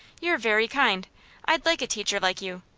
you're very kind i'd like a teacher like you.